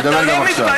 הוא ידבר גם עכשיו.